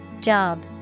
Job